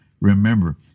Remember